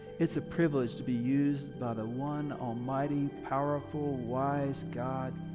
it's a privilege to be used by the one almighty, powerful, wise god.